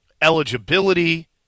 eligibility